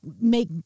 make